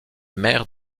maire